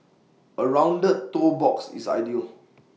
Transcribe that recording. A rounded toe box is ideal